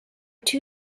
two